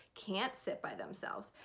can't sit by themselves,